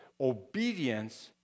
obedience